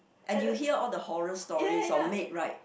and you hear all the horror stories on maid right